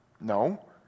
No